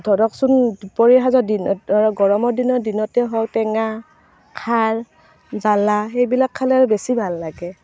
ধৰকচোন দুপৰীয়া সাঁজত দিনত ধৰক গৰমৰ দিনত দিনতে হওক টেঙা খাৰ জ্বালা এইবিলাক খালে আৰু বেছি ভাল লাগে